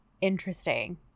interesting